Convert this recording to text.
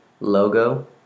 logo